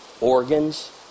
organs